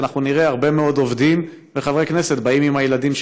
אנחנו נראה הרבה מאוד עובדים וחברי כנסת באים